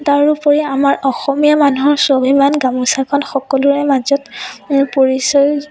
তাৰ উপৰি আমাৰ অসমীয়া মানুহৰ স্বাভিমান গামোচাখন সকলোৰে মাজত পৰিচয়